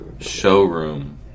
Showroom